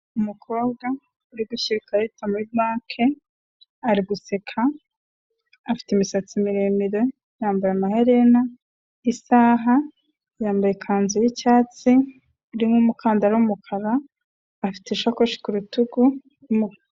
Umukobwa uri gushyira ikarita muri banki, ari guseka, afite imisatsi miremire, yambaye amaherena, isaha, yambaye ikanzu y'icyatsi irimo umukandara w'umukara, afite ishakoshi ku rutugu y'umukara.